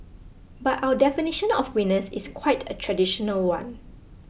but our definition of winners is quite a traditional one